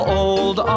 old